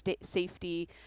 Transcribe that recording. safety